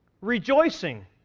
rejoicing